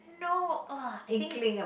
no [wah] I think